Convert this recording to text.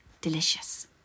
delicious